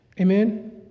Amen